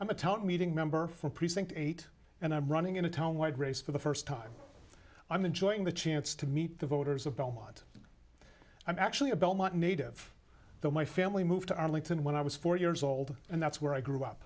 i'm a town meeting member from precinct eight and i'm running in a town wide race for the first time i'm enjoying the chance to meet the voters of belmont and i'm actually a belmont native though my family moved to arlington when i was four years old and that's where i grew up